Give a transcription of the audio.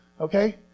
Okay